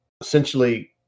essentially